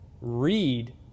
read